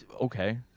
Okay